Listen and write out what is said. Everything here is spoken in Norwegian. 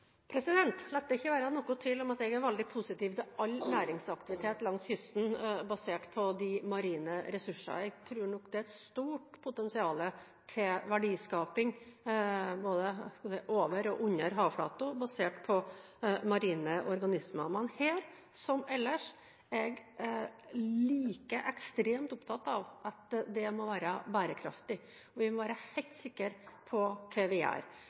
La det ikke være noen tvil om at jeg er veldig positiv til all næringsaktivitet langs kysten som er basert på de marine ressurser. Jeg tror nok det er et stort potensial til verdiskaping, både over og under havflaten, basert på marine organismer. Men her, som ellers, er jeg like ekstremt opptatt av at det må være bærekraftig. Vi må være helt sikre på hva vi gjør.